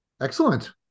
Excellent